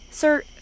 Sir